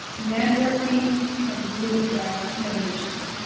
networking can really drive innovation.